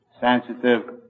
sensitive